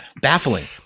Baffling